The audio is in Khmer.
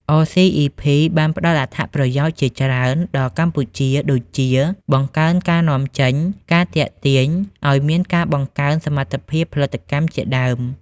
អ សុី អុី ភី(RCEP) បានផ្តល់អត្ថប្រយោជន៍ជាច្រើនដល់កម្ពុជា ដូចជា បង្កើនការនាំចេញ ការទាក់ទាញ អោយមានការបង្កើនសមត្ថភាពផលិតកម្ម ជាដើម។